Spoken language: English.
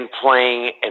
playing